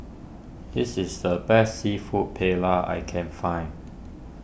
this is the best Seafood Paella I can find